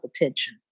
attention